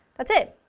that's it!